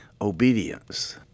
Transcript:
obedience